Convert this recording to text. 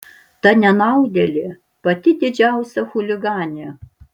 ta nenaudėlė pati didžiausia chuliganė